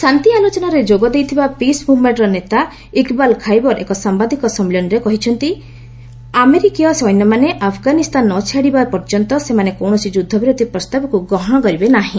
ଶାନ୍ତି ଆଲୋଚନାରେ ଯୋଗ ଦେଇଥିବା ପିସ୍ ମୁଭ୍ମେଣ୍ଟର ନେତା ଇକ୍ବାଲ୍ ଖାଇବର ଏକ ସାମ୍ଭାଦିକ ସମ୍ମିଳନୀରେ କହିଛନ୍ତି ଆମେରିକୀୟ ସୈନ୍ୟମାନେ ଆଫନିସ୍ତାନ ନ ଛାଡ଼ିବା ପର୍ଯ୍ୟନ୍ତ ସେମାନେ କୌଣସି ଯୁଦ୍ଧବିରତି ପ୍ରସ୍ତାବକୁ ଗ୍ରହଣ କରିବେ ନାହିଁ